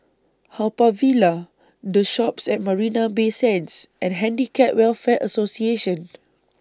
Haw Par Villa The Shoppes At Marina Bay Sands and Handicap Welfare Association